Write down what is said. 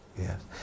yes